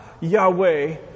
yahweh